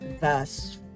thus